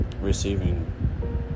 receiving